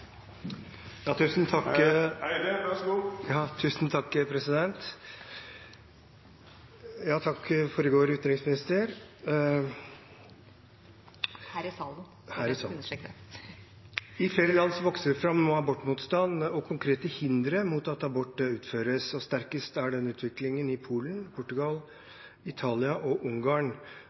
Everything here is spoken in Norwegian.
Ja, her i salen. «I flere land vokser det nå fram abortmotstand og konkrete hindre mot at abort utføres. Sterkest er utviklingen i Polen, Portugal, Italia og Ungarn.